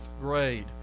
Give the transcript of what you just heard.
grade